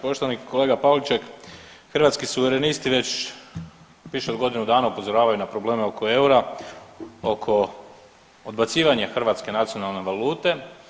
Poštovani kolega Pavliček, Hrvatski suverenisti već više od godinu dana upozoravaju na probleme oko eura, oko odbacivanja hrvatske nacionalne valute.